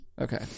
Okay